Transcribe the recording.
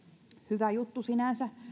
hyvä juttu sinänsä